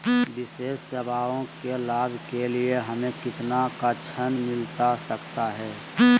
विशेष सेवाओं के लाभ के लिए हमें कितना का ऋण मिलता सकता है?